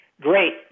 great